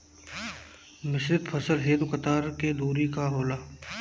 मिश्रित फसल हेतु कतार के दूरी का होला?